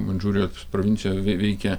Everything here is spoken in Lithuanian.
mandžiūrijos provincijoje vei veikia